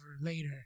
later